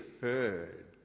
heard